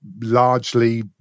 largely